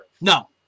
No